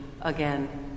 again